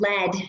led